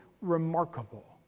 remarkable